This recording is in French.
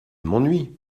m’ennuie